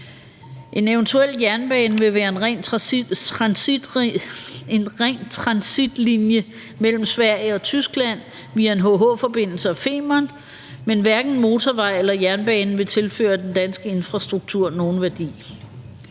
En eventuel jernbane vil være en ren transitlinje mellem Sverige og Tyskland via en HH-forbindelse og Femern, men hverken en motorvej eller jernbane vil tilføre den danske infrastruktur nogen værdi.